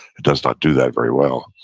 it does not do that very well.